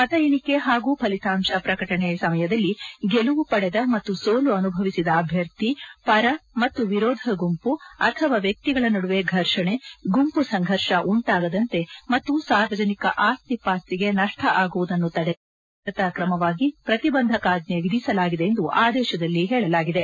ಮತ ಎಣಿಕೆ ಹಾಗೂ ಫಲಿತಾಂಶ ಪ್ರಕಟಣೆ ಸಮಯದಲ್ಲಿ ಗೆಲುವು ಪಡೆದ ಮತ್ತು ಸೋಲು ಅನುಭವಿಸಿದ ಅಭ್ಯರ್ಥಿ ಪರ ಮತ್ತು ವಿರೋಧ ಗುಂಪು ಅಥವಾ ವ್ಯಕ್ತಿಗಳ ನಡುವೆ ಫರ್ಷಣೆ ಗುಂಪು ಸಂಘರ್ಷ ಉಂಟಾಗದಂತೆ ಮತ್ತು ಸಾರ್ವಜನಿಕ ಅಸ್ತಿ ಪಾಸ್ತಿಗೆ ನಷ್ಟ ಅಗುವುದನ್ನು ತಡೆಗಟ್ಟಲು ಮುಂಜಾಗ್ರತಾ ಕ್ರಮವಾಗಿ ಪ್ರತಿಬಂಧಕಾಜ್ಞೆ ವಿಧಿಸಲಾಗಿದೆ ಎಂದು ಆದೇಶದಲ್ಲಿ ತಿಳಿಸಲಾಗಿದೆ